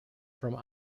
from